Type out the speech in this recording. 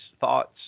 thoughts